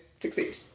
succeed